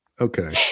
Okay